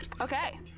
Okay